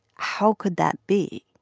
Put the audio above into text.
how could that be?